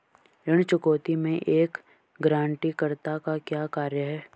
ऋण चुकौती में एक गारंटीकर्ता का क्या कार्य है?